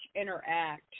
interact